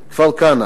כפר-כנא,